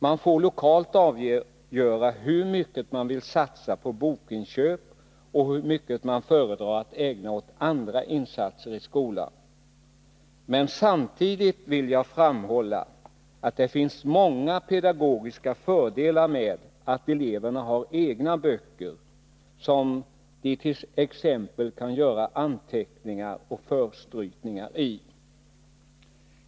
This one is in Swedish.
Man får lokalt avgöra hur mycket man vill satsa på bokinköp och hur mycket man föredrar att ägna åt andra insatser i skolan. Men samtidigt vill jag framhålla att det finns många pedagogiska fördelar med att eleverna har egna böcker som de t.ex. kan göra anteckningar och förstrykningar i.